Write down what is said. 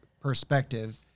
perspective